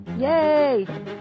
Yay